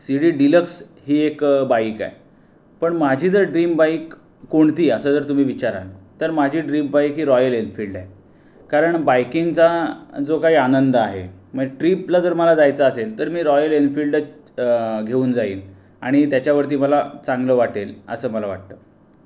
C D deluxe ही एक bike आहे पण माझी जर ड्रीम बाईक कोणती असं जर तुम्ही विचाराल तर माझी ड्रीम बाईक ही रॉयल एनफिल्ड आहे कारण बाईकिंगचा जो काही आनंद आहे म्ह ट्रीपला जर मला जायचं असेल तर रॉयल एनफिल्डच घेऊन जाईल आणि त्याच्यावरती मला चांगलं वाटेल असं मला वाटतं